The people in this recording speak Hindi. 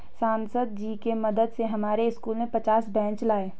सांसद जी के मदद से हमारे स्कूल में पचास बेंच लाए